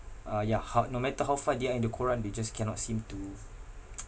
uh ya how no matter how far they are in the quran they just cannot seem to